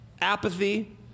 apathy